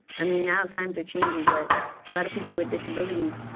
i mean, now time's are changing. but a lot of people with disabilities,